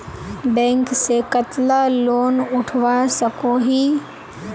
Bank से कतला loan उठवा सकोही?